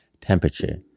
Temperature